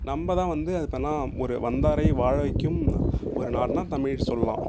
நம்ம தான் வந்து என்னா ஒரு வந்தாரை வாழ வைக்கும் ஒரு நாடுனா தமிழ் சொல்லலாம்